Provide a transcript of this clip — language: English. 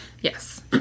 yes